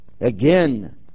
Again